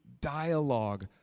dialogue